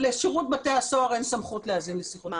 לשירות בתי הסוהר אין סמכות להאזין לשיחות טלפון.